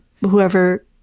whoever